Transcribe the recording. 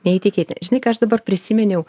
neįtikėti žinai ką aš dabar prisiminiau